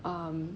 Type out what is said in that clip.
um